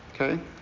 Okay